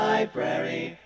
Library